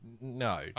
No